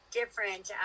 different